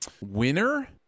winner